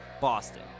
Boston